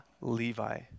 Levi